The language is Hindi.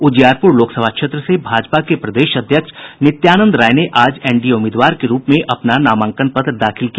उजियारपुर लोकसभा क्षेत्र से भाजपा के प्रदेश अध्यक्ष नित्यानंद राय ने आज एनडीए उम्मीदवार के रूप में अपना नामांकन पत्र दाखिल किया